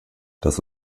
das